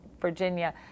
Virginia